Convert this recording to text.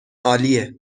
عالیه